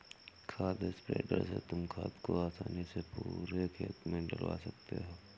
खाद स्प्रेडर से तुम खाद को आसानी से पूरे खेत में डलवा सकते हो